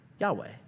Yahweh